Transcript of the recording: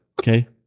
Okay